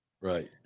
right